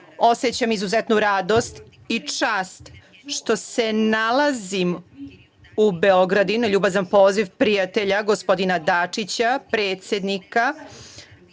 osećam izuzetnu radost i čast što se nalazim u Beogradu i na ljubazan poziv prijatelja gospodina Dačića, predsednika